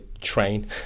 train